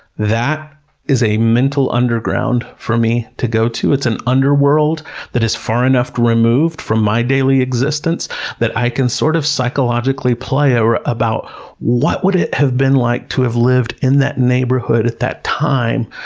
that is a mental underground for me to go to. it's an underworld that is far enough removed from my daily existence that i can sort of psychologically play about what would it have been like to have lived in that neighborhood at that time,